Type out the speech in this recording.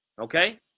Okay